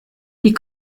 die